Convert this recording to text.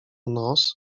nos